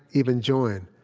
even, join